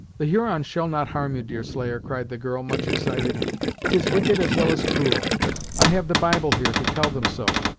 the hurons shall not harm you, deerslayer, cried the girl, much excited tis wicked as well as cruel i have the bible, here, to tell them so.